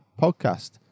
podcast